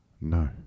No